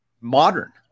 modern